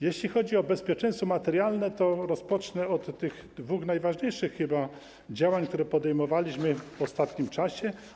Jeśli chodzi o bezpieczeństwo materialne, to rozpocznę od dwóch najważniejszych chyba działań, które podejmowaliśmy w ostatnim czasie.